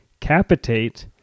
capitate